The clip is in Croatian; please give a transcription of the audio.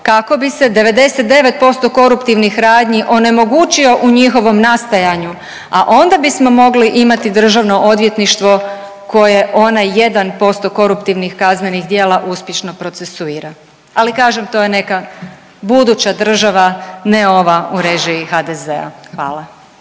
kako bi se 99% koruptivnih radnji onemogućio u njihovom nastajanju, a onda bismo mogli imati Državno odvjetništvo koje onaj jedan posto koruptivnih kaznenih djela uspješno procesuira. Ali kažem to je neka buduća država, ne ova u režiji HDZ-a. Hvala.